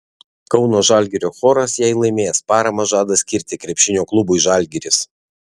kauno žalgirio choras jei laimės paramą žada skirti krepšinio klubui žalgiris